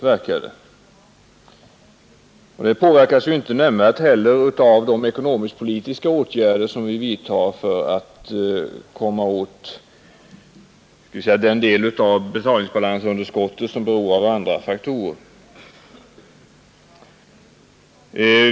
Turistnettot påverkas inte heller nämnvärt av de ekonomisk-politiska åtgärder vi vidtar för att komma åt den del av betalningsbalansunderskottet som beror på andra faktorer.